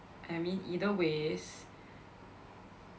I mean either ways